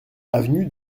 avenue